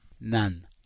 None